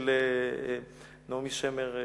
של נעמי שמר,